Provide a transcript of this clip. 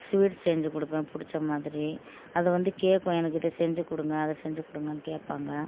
sweet செஞ்சிக்கொடுப்பேன் புடிச்ச மாதிரி அது வந்து கேட்கும் எனக்கு இதை செஞ்சிக்கொடுங்க அதை செஞ்சிக்கொடுங்கன்னு கேட்பாங்க